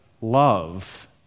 love